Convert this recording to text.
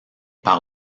par